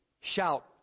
shout